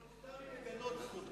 אבל מותר לי לגנות זכות זו.